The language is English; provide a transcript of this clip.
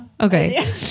okay